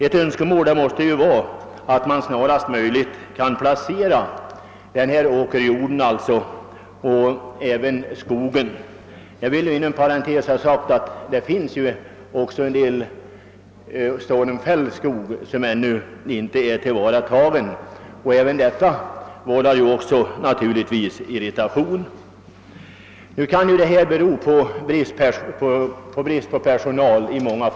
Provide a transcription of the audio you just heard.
Ett önskemål måste vara att så dan åkerjord och även sådan skog snarast möjligt kan placeras. Jag vill inom parentes nämna att en del stormfälld skog ännu inte tillvaratagits, vilket naturligtvis också förorsakar irritation.